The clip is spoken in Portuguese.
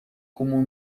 como